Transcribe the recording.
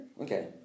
Okay